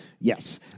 Yes